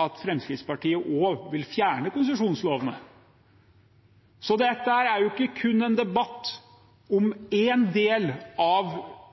at Fremskrittspartiet også vil fjerne konsesjonslovene. Så dette er ikke kun en debatt om én del av